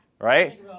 right